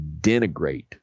denigrate